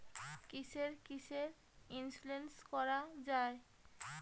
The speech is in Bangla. কিসের কিসের ইন্সুরেন্স করা যায়?